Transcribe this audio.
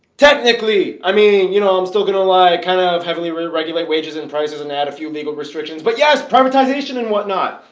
technically. i mean, you know, i'm still gonna lie kind of haven't really regulate wages and prices and add a few legal restrictions. but yes! privatization and whatnot.